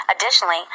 Additionally